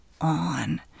on